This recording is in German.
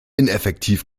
ineffektiv